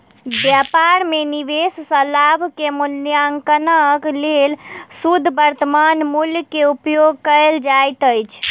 व्यापार में निवेश सॅ लाभ के मूल्याङकनक लेल शुद्ध वर्त्तमान मूल्य के उपयोग कयल जाइत अछि